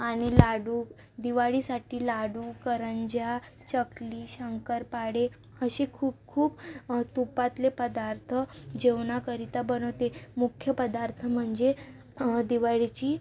आणि लाडू दिवाळीसाठी लाडू करंज्या चकली शंकरपाळे असे खूप खूप तुपातले पदार्थ जेवणाकरिता बनवते मुख्य पदार्थ म्हणजे दिवाळीची